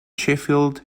sheffield